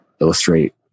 illustrate